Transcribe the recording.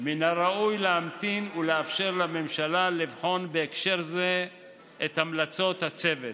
מן הראוי להמתין ולאפשר לממשלה לבחון בהקשר זה את המלצות הצוות.